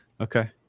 okay